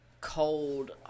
cold